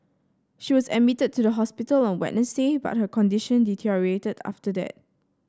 she was admitted to the hospital on Wednesday but her condition deteriorated after that